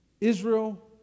Israel